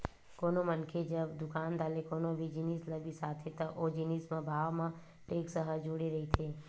कोनो मनखे जब दुकानदार ले कोनो भी जिनिस ल बिसाथे त ओ जिनिस म भाव म टेक्स ह जुड़े रहिथे